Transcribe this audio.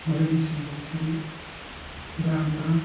ꯃꯔꯝꯁꯤꯡ ꯑꯁꯤ ꯌꯥꯝꯅ